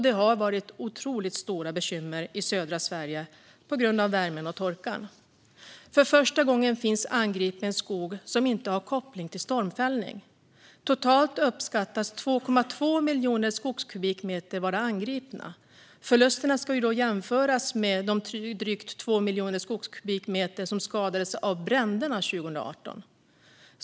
Det har varit otroligt stora bekymmer i södra Sverige på grund av värmen och torkan. För första gången finns angripen skog som inte har koppling till stormfällning. Totalt uppskattas 2,2 miljoner skogskubikmeter vara angripna. Förlusterna kan jämföras med de drygt 2 miljoner skogskubikmeter som skadades av bränder 2018.